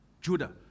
Judah